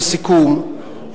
לסיכום,